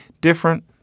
different